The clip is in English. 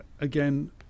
again